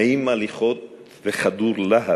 נעים הליכות וחדור להט,